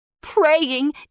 praying